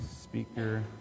speaker